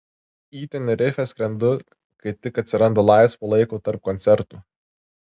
į tenerifę skrendu kai tik atsiranda laisvo laiko tarp koncertų